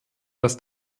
dass